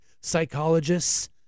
psychologists